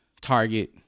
Target